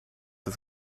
het